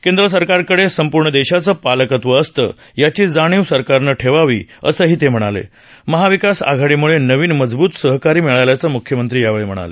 केंद्र सरकारकडे संपूर्ण देशाचं पालकत्व असतं याची जाणीव सरकारनं ठेवावी असं ते म्हणाले महविकास आघाडीमुळे नवीन मजबूत सहकारी मिळाल्याचं मुख्यमंत्री म्हणाले